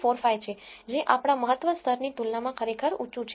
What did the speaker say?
9945 છે જે આપણા મહત્વ સ્તરની તુલનામાં ખરેખર ઊંચું છે